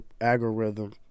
algorithm